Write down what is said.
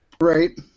Right